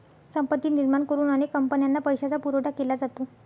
संपत्ती निर्माण करून अनेक कंपन्यांना पैशाचा पुरवठा केला जातो